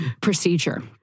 Procedure